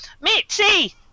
Mitzi